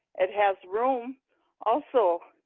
it has room also.